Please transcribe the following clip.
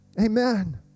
Amen